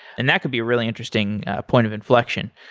and that could be a really interesting point of inflection,